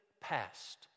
past